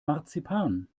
marzipan